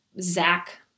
Zach